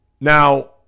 Now